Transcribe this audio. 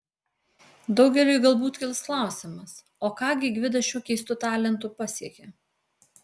daugeliui galbūt kils klausimas o ką gi gvidas šiuo keistu talentu pasiekė